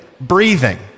breathing